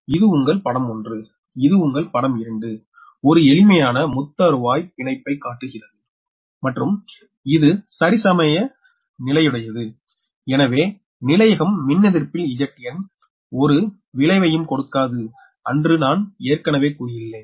இது உங்கள் படம் 1 இது உங்கள் படம் 2 படம் 1 ஒரு எளிமையான முத்தருவாய் பிணைப்பை காட்டுகிறது மற்றும் இது சரிசமநிலையுடையது எனவே நிலையகம் மின்னெதிர்ப்பில் Zn ஒரு விளைவையும் கொடுக்காது அன்று நான் ஏற்கனவே கூறியுள்ளேன்